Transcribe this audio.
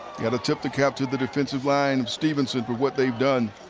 got to tip the cap to the defensive line of stephenson for what they've done.